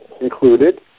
included